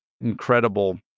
incredible